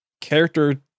character